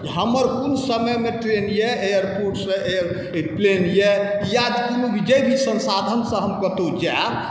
जे हमर कोन समयमे ट्रेन अइ एयरपोर्टसँ प्लेन अइ या जे भी कोनो भी सन्साधनसँ हम कतहु जाएब